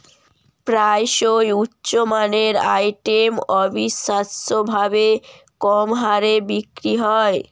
প্রায়শই উচ্চ মানের আইটেম অবিশ্বাস্যভাবে কম হারে বিক্রি হয়